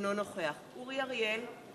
אינו נוכח אורי אריאל,